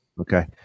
Okay